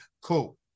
cool